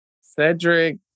Cedric